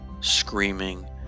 screaming